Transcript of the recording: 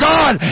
God